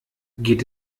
geht